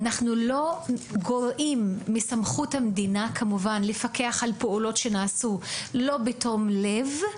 אנחנו לא גורעים מסמכות המדינה לפקח על פעולות שנעשו שלא בתום לב,